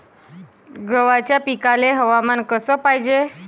गव्हाच्या पिकाले हवामान कस पायजे?